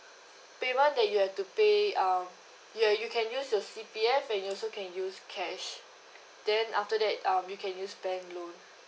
payment that you have to pay uh you you can use your C_P_F and you also can use cash then after that um you can use bank loan